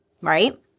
right